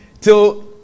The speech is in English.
till